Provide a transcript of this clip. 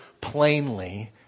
plainly